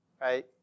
right